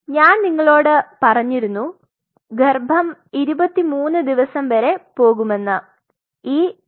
ഞാൻ നിങ്ങളോട് പറഞ്ഞിരുന്നു ഗർഭം 23 ദിവസം വരെ പോകുമെന്ന് E23